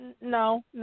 No